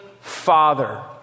father